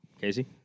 Casey